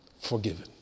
Forgiven